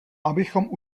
abychom